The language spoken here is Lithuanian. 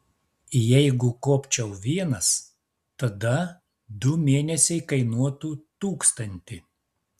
jeigu kopčiau vienas tada du mėnesiai kainuotų tūkstantį